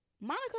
Monica